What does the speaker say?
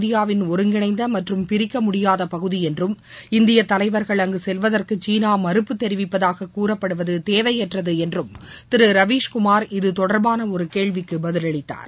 இந்தியாவின் ஒருங்கிணைந்த மற்றும் பிரிக்க முடியாத பகுதி என்றும் இந்திய தலைவர்கள் அங்கு செல்வதற்கு சீனா மறுப்பு தெரிவிப்பதாக கூறப்படுவது தேவையற்றது என்றும் திரு ரவீஷ்குமார் இதுதொடர்பான ஒரு கேள்விக்கு பதிலளித்தார்